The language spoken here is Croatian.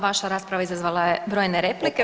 Vaša rasprava izazvala je brojne replike.